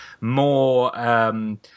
more